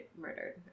murdered